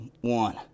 One